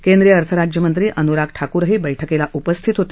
केंद्रीय अर्थ राज्यमंत्री अनुराग ठाकरही या बैठकीला उपस्थित होते